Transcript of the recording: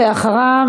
ואחריו,